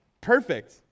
Perfect